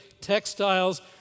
textiles